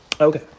Okay